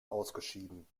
ausgeschieden